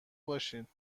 باشید